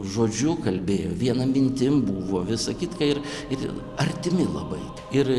žodžiu kalbėjo viena mintim buvo visa kitka ir itin artimi labai ir